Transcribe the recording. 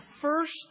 first